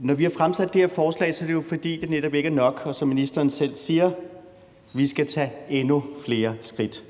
Når vi har fremsat det her forslag, er det jo, fordi det netop ikke er nok, og som ministeren selv siger: Vi skal tage endnu flere skridt.